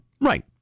Right